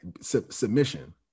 submission